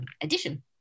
addition